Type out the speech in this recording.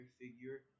figure